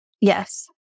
Yes